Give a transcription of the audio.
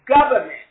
government